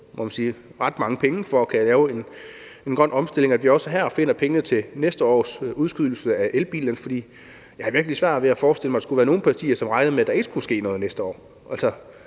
– kunne sætte sig sammen, og at vi også her finder pengene til næste års udskydelse i forhold til elbilerne. For jeg har virkelig svært ved at forestille mig, at der skulle være nogen partier, som regnede med, at der ikke skulle ske noget næste år.